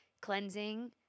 cleansing